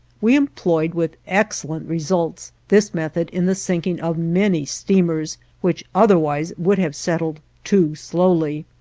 we employed, with excellent results, this method in the sinking of many steamers which otherwise would have settled too slowly.